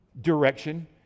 direction